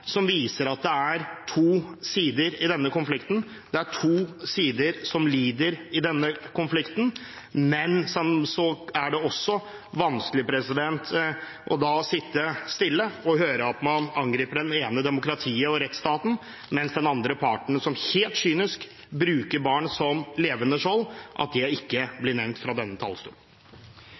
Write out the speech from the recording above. som viser at det er to sider i denne konflikten. Det er to sider som lider i denne konflikten. Det er da vanskelig å sitte stille og høre på at man angriper det ene demokratiet, rettsstaten, mens den andre parten, som helt kynisk bruker barn som levende skjold, ikke